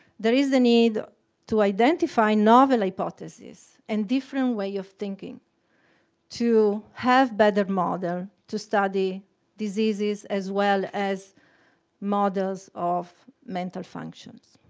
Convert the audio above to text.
there is a need to identify novel hypotheses and different way of thinking to have better model to study diseases as well as models of mental functions.